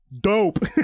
dope